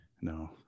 No